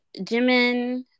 Jimin